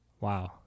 Wow